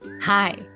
Hi